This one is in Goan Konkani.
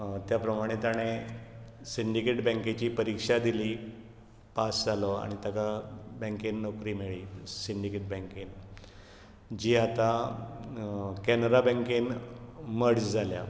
त्या प्रमाणे ताणें सिंडिकेट बँकेची परिक्षा दिली पास जालो आनी ताका बँकेन नोकरी मेळ्ळी सिंडिकेट बँकेन जी आतां कॅनरा बँकेन मर्ज जाल्या